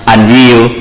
Unreal